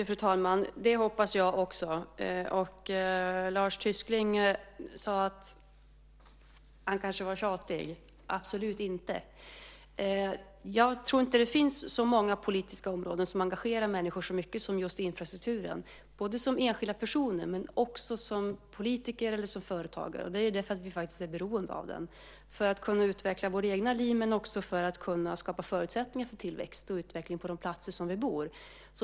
Fru talman! Det hoppas jag också. Lars Tysklind sade att han kanske var tjatig. Absolut inte. Jag tror inte att det finns så många politiska områden som engagerar människor så mycket som just infrastrukturen, både som enskilda personer och som politiker eller som företagare. Det är därför att vi faktiskt är beroende av den för att kunna utveckla våra egna liv, men också för att kunna skapa förutsättningar för tillväxt och utveckling på de platser där vi bor.